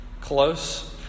close